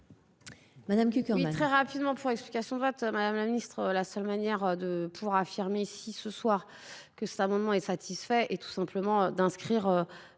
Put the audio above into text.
Madame Cukierman,